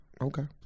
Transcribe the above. Okay